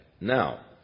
Now